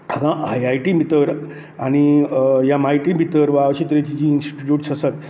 हांगा I I T भितर आनी एम आय टी भितर वा अशीं तरेची जी इन्स्टिट्यूट्स आसात